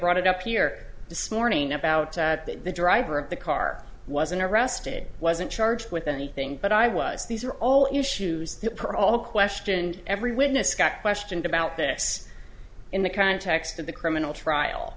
brought up here this morning about the driver of the car wasn't arrested wasn't charged with anything but i was these are all issues that parole questioned every witness got questioned about this in the context of the criminal trial